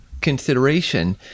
consideration